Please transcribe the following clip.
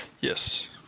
Yes